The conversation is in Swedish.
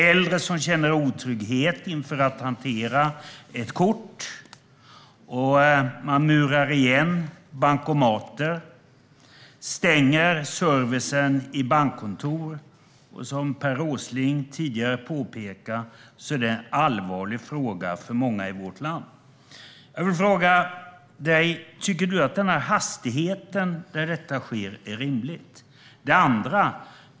Äldre känner otrygghet inför att hantera ett kort, och man murar igen bankomater och stänger servicen i bankkontor. Som Per Åsling påpekade tidigare är detta en allvarlig fråga för många i vårt land. Jag vill fråga: Tycker du att den hastighet med vilken detta sker är rimlig?